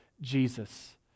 Jesus